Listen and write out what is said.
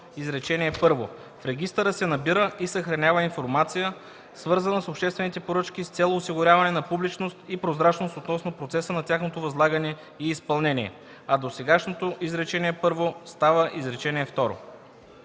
изречение първо: „В регистъра се набира и съхранява информация, свързана с обществените поръчки, с цел осигуряване на публичност и прозрачност относно процеса на тяхното възлагане и изпълнение.”, а досегашното изречение първо става изречение второ.”